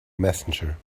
messenger